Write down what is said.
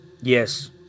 Yes